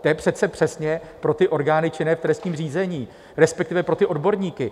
To je přece přesně pro ty orgány činné v trestním řízení, respektive pro ty odborníky.